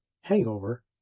Hangover